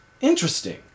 Interesting